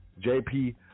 jp